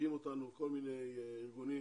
משגעים אותנו כל מיני ארגונים.